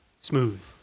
Smooth